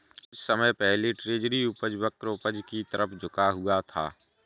कुछ समय पहले ट्रेजरी उपज वक्र ऊपर की तरफ झुका हुआ था